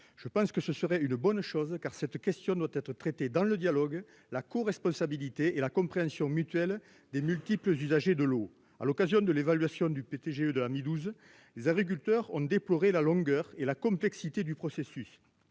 ? Ce serait, selon moi, une bonne chose, car la question doit être traitée dans le dialogue, la coresponsabilité et la compréhension mutuelle des multiples usagers de l'eau. À l'occasion de l'évaluation du PTGE de la Midouze, les agriculteurs ont déploré la longueur et la complexité du processus.